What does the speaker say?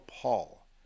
Paul